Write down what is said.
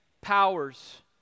powers